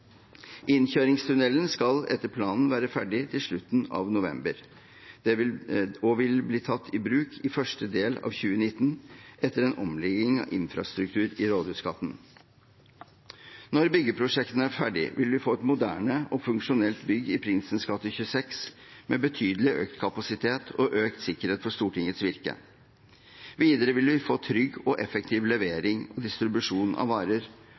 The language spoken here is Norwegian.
skal etter planen være ferdig til slutten av november og vil bli tatt i bruk i første del av 2019 etter en omlegging av infrastruktur i Rådhusgata. Når byggeprosjektene er ferdige, vil vi få et moderne og funksjonelt bygg i Prinsens gate 26 med betydelig økt kapasitet og økt sikkerhet for Stortingets virke. Videre vil vi få trygg og effektiv levering og distribusjon av varer,